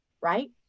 right